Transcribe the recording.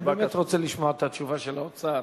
אני באמת רוצה לשמוע את התשובה של האוצר